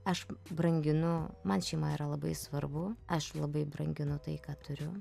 aš branginu man šeima yra labai svarbu aš labai branginu tai ką turiu